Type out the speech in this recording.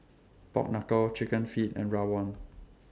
Pork Knuckle Chicken Feet and Rawon